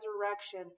resurrection